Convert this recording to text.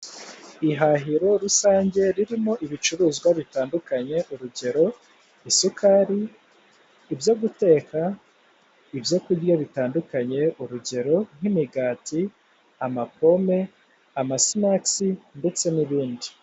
Ihahiro rusange ririmo ibicuruzwa bitandukanye urugero isukari, ibyo guteka, ibyo kurya bitandukanye urugero nkimigati, amapome, amasinakisi ndetse n'ibindi.